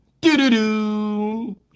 Do-do-do